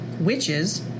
witches